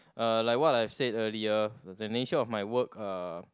uh like what I've said earlier the nature of my work uh